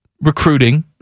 recruiting